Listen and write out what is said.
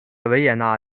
维也纳